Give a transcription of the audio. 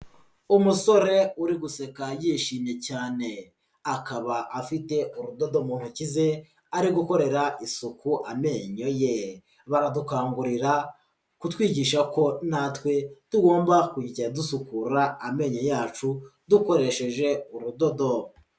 Umusore uri guseka yishimye cyane, akaba afite urudodo mu ntoki ze, ari gukorera isupu amenyo ye, baradukangurira kutwigisha ko natwe tugomba kujya dusukura amenyo yacu, dukoresheje urudodobo.